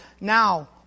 now